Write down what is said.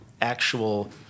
actual